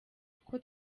kuko